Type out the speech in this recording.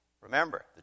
Remember